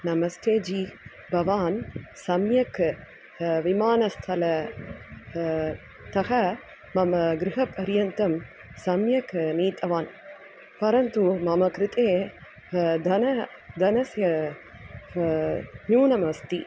नमस्ते जी भवान् सम्यक् विमानस्थलतः मम गृहपर्यन्तं सम्यक् नीतवान् परन्तु मम कृते धनं धनस्य न्यूनमस्ति